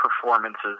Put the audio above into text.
performances